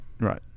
Right